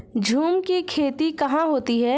झूम की खेती कहाँ होती है?